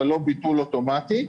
אבל לא ביטול אוטומטי.